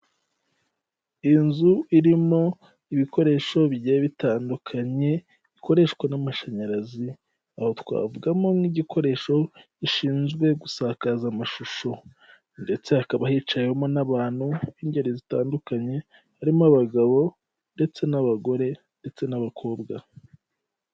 Inzu irimo ibikoresho bigiye bitandukanye bikoreshwa n'amashanyarazi, twavugamo nk'igikoresho gishinzwe gusakaza amashusho ndetse hakaba hicayewemo n'abantu b'ingeri zitandukanye, harimo abagabo ndetse n'abagore ndetse n'abakobwa.